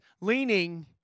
leaning